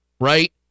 right